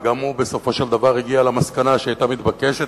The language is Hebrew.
וגם הוא בסופו של דבר הגיע למסקנה שהיתה מתבקשת,